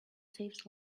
saves